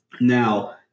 now